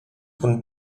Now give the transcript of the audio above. cun